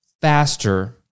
faster